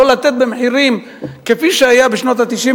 למה לא לתת מחירים כפי שהיה בשנות ה-90,